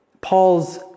Paul's